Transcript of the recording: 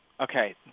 Okay